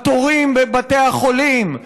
התורים בבתי החולים,